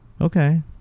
Okay